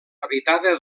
habitada